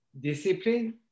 discipline